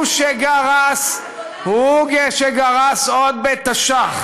הוא שגרס, והחיל ריבונות על רמת-הגולן.